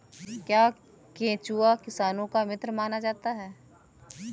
क्या केंचुआ किसानों का मित्र माना जाता है?